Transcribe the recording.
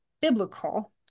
biblical